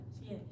yes